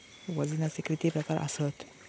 वजनाचे किती प्रकार आसत?